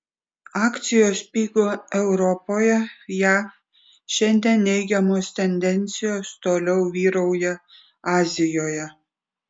akcijos pigo europoje jav šiandien neigiamos tendencijos toliau vyrauja azijoje